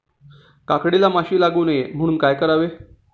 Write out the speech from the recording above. काकडीला माशी लागू नये म्हणून काय करावे?